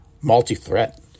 Multi-threat